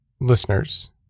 listeners